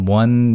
one